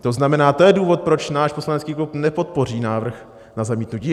To znamená: to je důvod, proč náš poslanecký klub nepodpoří návrh na zamítnutí.